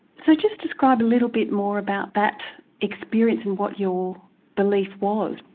so just describe a little bit more about that experience and what your belief was.